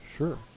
Sure